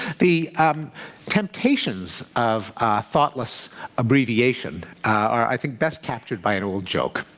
the um temptations of thoughtless abbreviation are i think best captured by an old joke.